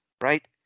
right